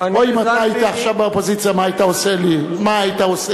אם יש לכם בעיה עם מה שראש הממשלה